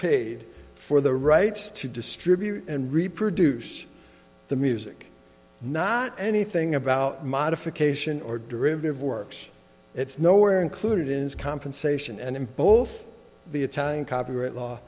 paid for the rights to distribute and reproduce the music not anything about modification or derivative works it's nowhere included in his compensation and in both the italian copyright law